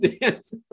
dance